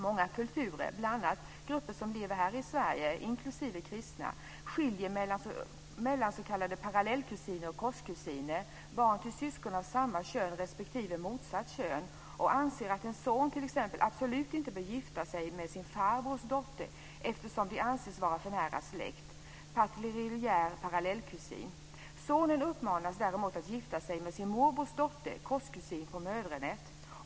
Många kulturer, bl.a. grupper som lever här i Sverige inklusive kristna, skiljer mellan s.k. parallellkusiner och korskusiner - barn till syskon av samma kön respektive motsatt kön - och anser att en son absolut inte bör gifta sig med sin farbrors dotter, eftersom de anses vara för nära släkt - patrilineär parallellkusin. Sonen uppmanas däremot att gifta sig med sin morbrors dotter, korskusin på mödernet.